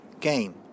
game